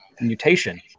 mutation